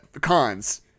Cons